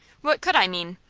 what could i mean?